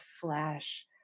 flash